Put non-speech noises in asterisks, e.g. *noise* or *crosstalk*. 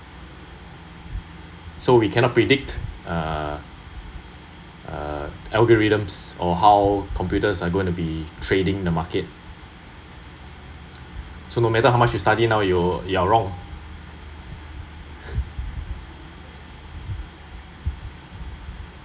so we cannot predict uh uh algorithms or how computers are going to be trading the market so no matter how much you study now you you are wrong *noise*